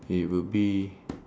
it will be